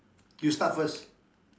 you start first